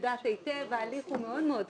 שיודעת היטב רשות שוק ההון, ההליך מאוד מאוד קצר.